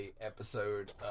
episode